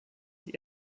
die